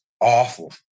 awful